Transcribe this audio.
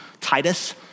Titus